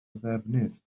ddefnydd